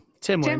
Tim